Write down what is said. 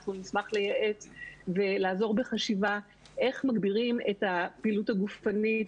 אנחנו נשמח לייעץ ולעזור בחשיבה איך מגבירים את הפעילות הגופנית.